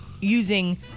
using